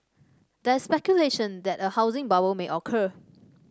there is speculation that a housing bubble may occur